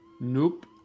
Nope